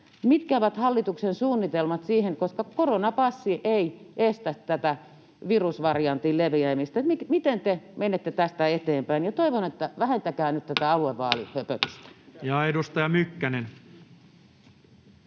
Mitkä ovat hallituksen suunnitelmat siihen? Koska koronapassi ei estä tätä virusvariantin leviämistä, miten te menette tästä eteenpäin? Toivon, että vähentäkää nyt tätä aluevaalihöpötystä. Edustaja Mykkänen.